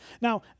Now